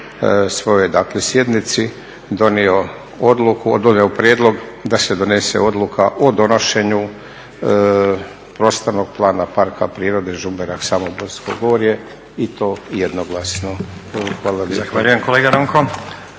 svojoj sjednici donio prijedlog da se donese odluka o donošenju Prostornog plana Parka prirode Žumberak Samoborsko gorje i to jednoglasno. **Stazić,